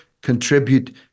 Contribute